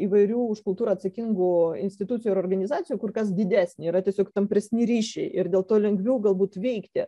įvairių už kultūrą atsakingų institucijų ir organizacijų kur kas didesnė yra tiesiog tampresni ryšiai ir dėl to lengviau galbūt veikti